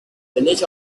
village